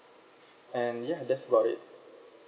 and ya that's about it